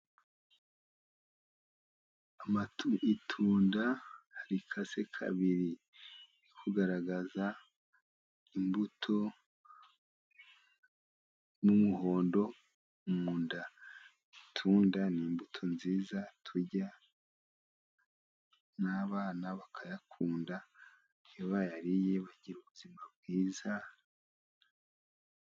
Amatu itunda rikase kabiri, riri kugaragaza imbuto n'umuhondo mu nda. Itunda ni imbuto nziza, turya n'abana bakayakunda, iyo bayariye bagira ubuzima bwiza.